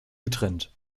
getrennt